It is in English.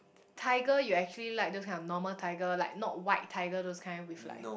tiger you actually like those kind of normal tiger like not white tiger those kind with like